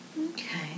Okay